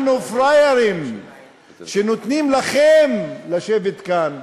אנחנו פראיירים שאנחנו נותנים לכם לשבת כאן,